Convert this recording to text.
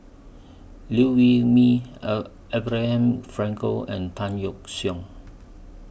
Liew Wee Mee A Abraham Frankel and Tan Yeok Seong